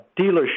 dealership